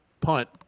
punt